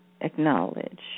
acknowledge